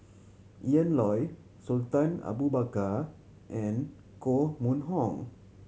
Ian Loy Sultan Abu Bakar and Koh Mun Hong